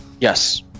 Yes